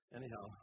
anyhow